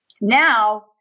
now